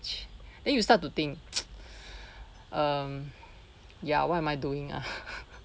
then you start to think um ya what am I doing ah